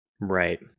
Right